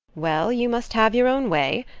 well, you must have your own way.